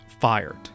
fired